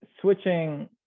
switching